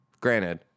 granted